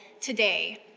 today